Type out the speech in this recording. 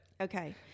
Okay